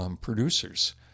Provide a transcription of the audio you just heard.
producers